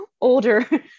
older